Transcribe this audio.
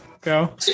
Go